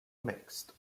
mixed